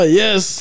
yes